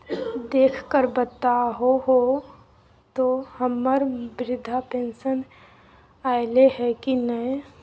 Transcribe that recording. देख कर बताहो तो, हम्मर बृद्धा पेंसन आयले है की नय?